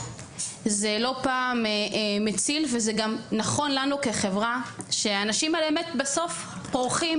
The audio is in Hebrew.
זה לא פעם מציל וזה גם נכון לנו כחברה שהאנשים האלה בסוף פורחים,